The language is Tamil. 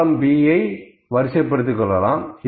காலம்ன் Bஐ வரிசைபடுத்துகிறோம்